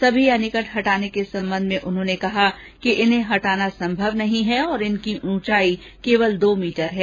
सभी एनीकट हटाने के संबंध में श्री कल्ला ने कहा कि इन्हें हटाना संभव नहीं है और इनकी ऊंचाई सिर्फ दो मीटर है